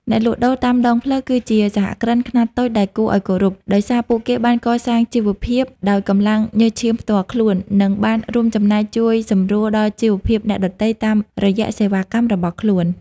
អ្នកលក់ដូរតាមដងផ្លូវគឺជាសហគ្រិនខ្នាតតូចដែលគួរឱ្យគោរព ដោយសារពួកគេបានកសាងជីវភាពដោយកម្លាំងញើសឈាមផ្ទាល់ខ្លួន និងបានរួមចំណែកជួយសម្រួលដល់ជីវភាពអ្នកដទៃតាមរយៈសេវាកម្មរបស់ខ្លួន។